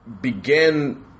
began